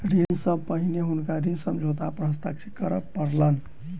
ऋण सॅ पहिने हुनका ऋण समझौता पर हस्ताक्षर करअ पड़लैन